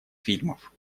фильмов